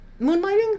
Moonlighting